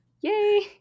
Yay